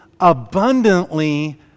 abundantly